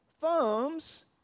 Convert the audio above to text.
Thumbs